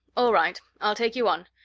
all right, i'll take you on.